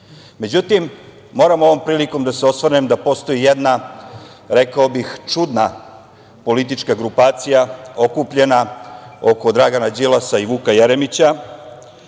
Srbiju.Međutim, moram ovom prilikom da se osvrnem da postoji jedna, rekao bih, čudna politička grupacija okupljena oko Dragana Đilasa i Vuka Jeremića